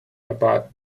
about